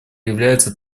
является